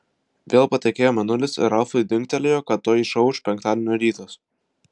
vėl patekėjo mėnulis ir ralfui dingtelėjo kad tuoj išauš penktadienio rytas